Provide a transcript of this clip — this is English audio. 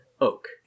oak